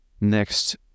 next